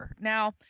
now